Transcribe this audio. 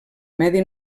medi